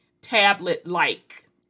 tablet-like